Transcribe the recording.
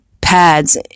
pads